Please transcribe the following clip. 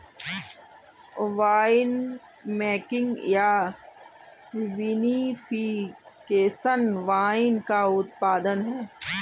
winemaking या vinification wine का उत्पादन है